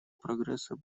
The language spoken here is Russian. прогресса